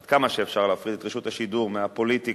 עד כמה שאפשר להפריד את רשות השידור מהפוליטיקה,